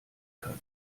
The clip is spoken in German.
kann